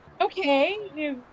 okay